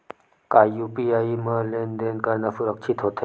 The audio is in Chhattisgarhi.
का यू.पी.आई म लेन देन करना सुरक्षित होथे?